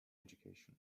education